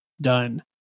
done